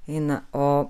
eina o